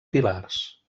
pilars